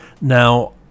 Now